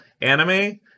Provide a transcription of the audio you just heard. anime